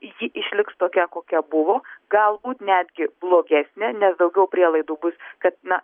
ji išliks tokia kokia buvo galbūt netgi blogesnė nes daugiau prielaidų bus kad na